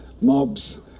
mob's